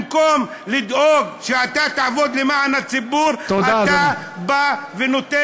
במקום לדאוג שאתה תעבוד למען הציבור, תודה, אדוני.